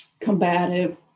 combative